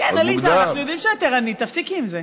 כן, עליזה, אנחנו יודעים שאת ערנית, תפסיקי עם זה.